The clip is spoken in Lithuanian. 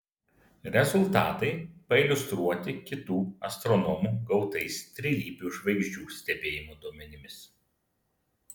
rezultatai pailiustruoti kitų astronomų gautais trilypių žvaigždžių stebėjimo duomenimis